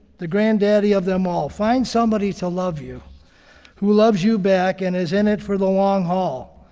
the granddaddy of them all. find somebody to love you who loves you back and is in it for the long haul,